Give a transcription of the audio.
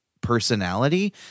personality